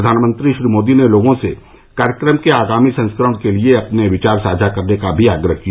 प्रधानमंत्री श्री मोदी ने लोगों से कार्यक्रम के आगामी संस्करण के लिए अपने विचार साझा करने का भी आग्रह किया